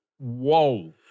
Whoa